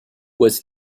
was